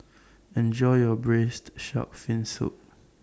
Enjoy your Braised Shark Fin Soup